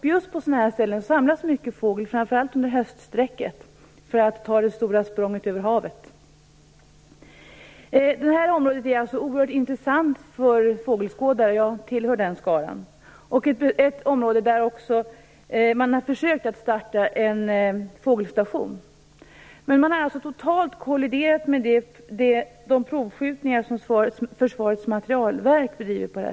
Just på sådana områden samlas mycket fågel, framför allt under höststräcket, för att ta det stora språnget över havet. Området är oerhört intressant för fågelskådare; jag tillhör den skaran. Man har försökt att starta en fågelstation här, men man har totalt kolliderat med de provskjutningar som Försvarets materielverk bedriver.